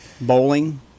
Bowling